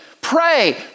pray